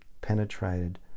penetrated